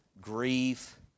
grief